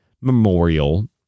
memorial